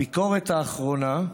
הביקורת האחרונה,